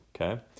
okay